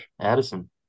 Addison